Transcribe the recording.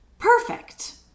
perfect